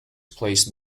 placed